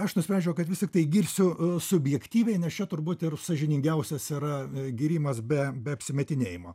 aš nusprendžiau kad vis tiktai girsiu subjektyviai nes čia turbūt ir sąžiningiausias yra gyrimas be be apsimetinėjimo